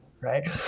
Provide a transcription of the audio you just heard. Right